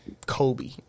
Kobe